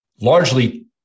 largely